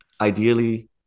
ideally